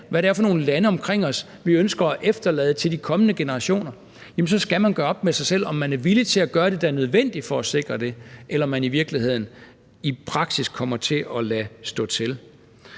hvad det er for et land og lande omkring os, vi ønsker at efterlade til de kommende generationer, så skal man gøre op med sig selv, om man er villig til at gøre det, der er nødvendigt for at sikre det, eller om man i virkeligheden i praksis kommer til at lade stå til.